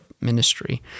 ministry